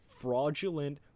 fraudulent